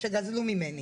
שגזלו ממני.